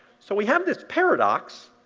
so we have this paradox,